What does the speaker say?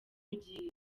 ugiye